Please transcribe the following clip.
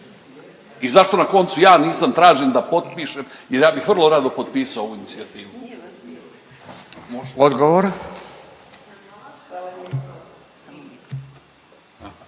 I zašto na koncu ja nisam, tražim da potpišem jer ja bih vrlo rado potpisao ovu inicijativu?